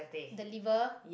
the liver